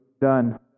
done